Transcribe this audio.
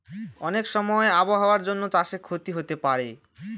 অনেক সময় আবহাওয়ার জন্য চাষে ক্ষতি হতে পারে